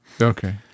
Okay